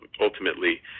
ultimately